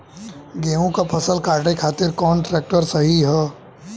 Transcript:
गेहूँक फसल कांटे खातिर कौन ट्रैक्टर सही ह?